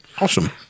awesome